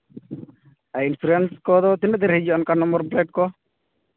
insurance ᱠᱚᱫᱚ ᱛᱤᱱᱟᱹᱜ ᱫᱤᱱ ᱨᱮ ᱦᱤᱡᱩᱜᱼᱟ ᱚᱱᱠᱟ ᱱᱚᱢᱵᱚᱨ ᱯᱞᱮᱴ ᱠᱚ